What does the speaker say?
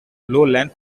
lowland